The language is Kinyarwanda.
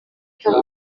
lusaka